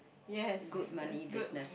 yes that's good